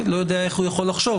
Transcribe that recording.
לא יודע איך הוא יכול לחשוב,